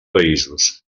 països